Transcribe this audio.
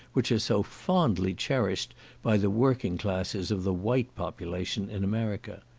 which are so fondly cherished by the working classes of the white population in america.